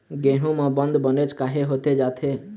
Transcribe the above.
गेहूं म बंद बनेच काहे होथे जाथे?